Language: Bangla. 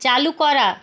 চালু করা